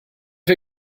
wir